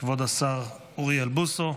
כבוד השר אוריאל בוסו,